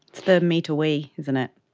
the me to we, isn't it.